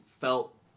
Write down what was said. felt